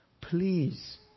please